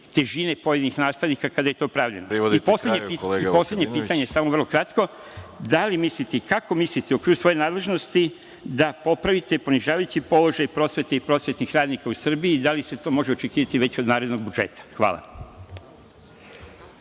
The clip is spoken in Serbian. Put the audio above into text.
kraju, kolega. **Đorđe Vukadinović** Poslednje pitanje, samo vrlo kratko - da li mislite i kako mislite u okviru svoje nadležnosti da popravite ponižavajući položaj prosvete i prosvetnih radnika u Srbiji? Da li se to može očekivati već od narednog budžeta? Hvala.